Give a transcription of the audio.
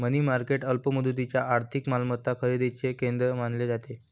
मनी market अल्प मुदतीच्या आर्थिक मालमत्ता खरेदीचे केंद्र मानले जाते